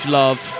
love